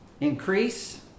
increase